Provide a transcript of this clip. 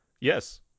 Yes